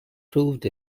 proved